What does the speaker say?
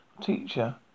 teacher